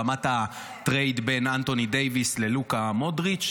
ברמת הטרייד בין אנתוני דייוויס ללוקה דונצ'יץ'.